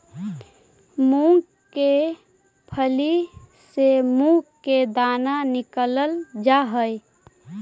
मूंग के फली से मुंह के दाना निकालल जा हई